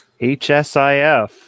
HSIF